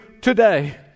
today